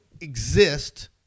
exist